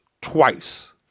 twice